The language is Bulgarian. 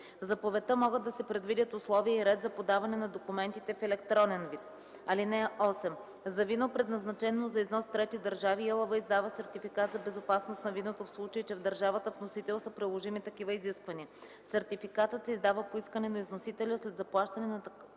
заповедта могат да се предвидят условия и ред за подаване на документите в електронен вид. (8) За вино, предназначено за износ в трети държави, ИАЛВ издава сертификат за безопасност на виното, в случай че в държавата вносител са приложими такива изисквания. Сертификатът се издава по искане на износителя след заплащане на такса